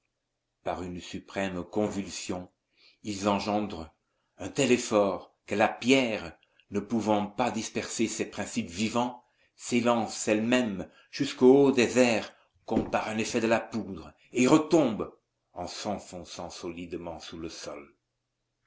par une suprême convulsion ils engendrent un tel effort que la pierre ne pouvant pas disperser ses principes vivants s'élance elle-même jusqu'au haut des airs comme par un effet de la poudre et retombe en s'enfonçant solidement sous le sol